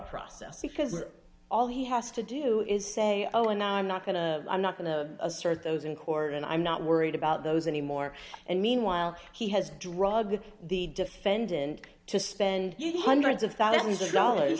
process because all he has to do is say oh now i'm not going to i'm not going to assert those in court and i'm not worried about those anymore and meanwhile he has drug the defendant to spend you know hundreds of thousands of dollars